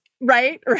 right